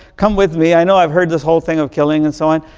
come with me, i know i've heard this whole thing of killing and so on,